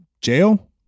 Jail